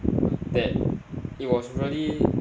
that it was really